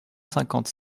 cinquante